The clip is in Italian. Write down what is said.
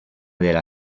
della